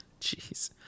Jeez